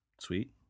Sweet